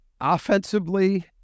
Offensively